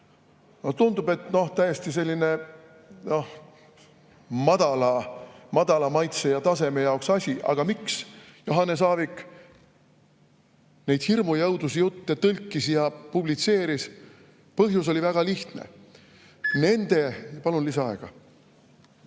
Tundub täiesti madala maitse ja taseme jaoks asi, aga miks Johannes Aavik neid hirmu- ja õudusjutte tõlkis ja publitseeris? Põhjus oli väga lihtne. Palun lisaaega.